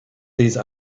these